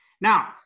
Now